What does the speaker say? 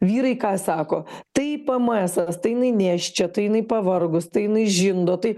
vyrai ką sako tai p m esas tai jinai nėščia tai jinai pavargus tai jinai žindo tai